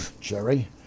Jerry